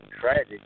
tragic